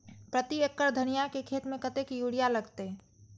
प्रति एकड़ धनिया के खेत में कतेक यूरिया लगते?